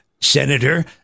Senator